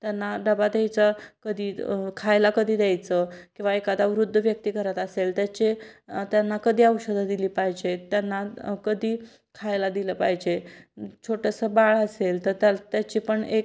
त्यांना डबा द्यायचा कधी खायला कधी द्यायचं किंवा एखादा वृद्ध व्यक्ती घरात असेल त्याचे त्यांना कधी औषधं दिली पाहिजे त्यांना कधी खायला दिलं पाहिजे छोटंसं बाळ असेल तर त्या त्याची पण एक